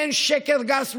אין שקר גס מזה.